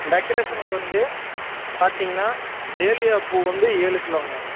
டெக்கரேஷனுக்கு வந்து பார்த்தீங்கன்னா டேலியா பூ வந்து ஏழு கிலோங்க